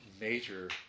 major